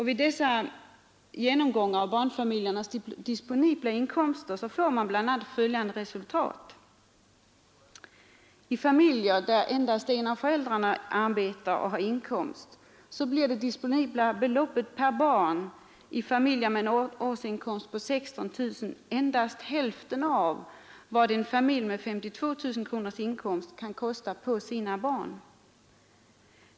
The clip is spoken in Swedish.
Vid dessa genomgångar av barnfamiljernas disponibla inkomster får man bl.a. följande resultat: I familjer där endast en av föräldrarna arbetar och har inkomst blir det disponibla beloppet per barn i en familj med en årsinkomst om 16 000 kronor endast hälften av vad en familj med 52 000 kronors inkomst kan kosta på sina barn.